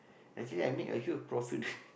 actually I make a huge profit